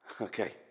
Okay